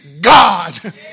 God